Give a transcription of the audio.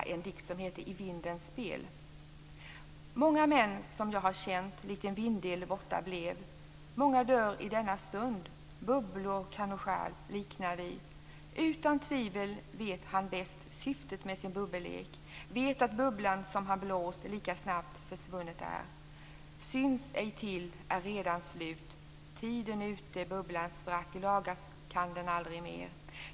Den heter I vindens spel: Många män som jag har känt likt en vindil borta blev. Många dör i denna stund Bubblor, Khushhal, liknar vi. Utan tvivel vet Han bäst syftet med sin bubbellek, vet att bubblan som Han blåst lika snabbt försvunnen är, syns ej till, är redan slut. lagas kan den aldrig mer.